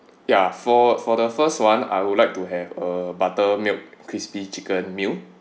ya for for the first one I would like to have a buttermilk crispy chicken meal